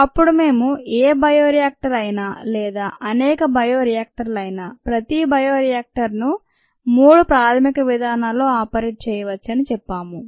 అప్పుడు మేము ఏ బయో రియాక్టర్ అయినా లేదా అనేక బయో రియాక్టర్లయినా ప్రతి బయోరియాక్టర్ ను 3 ప్రాథమిక విధానాల్లో ఆపరేట్ చేయవచ్చని చెప్పాము